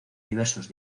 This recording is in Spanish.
diversos